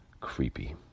creepy